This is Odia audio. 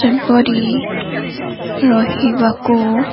ସେପରି ରହିବାକୁ